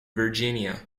virginia